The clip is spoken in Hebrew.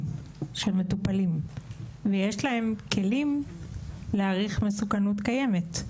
של מטופלים ויש להם כלים להעריך מסוכנות קיימת.